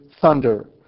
thunder